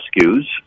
rescues